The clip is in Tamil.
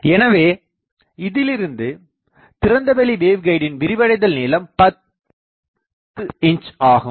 எனவே இதிலிருந்து திறந்தவெளி வேவ்கைடின் விரிவடைதல் நீளம் 10 இன்ச் ஆகும்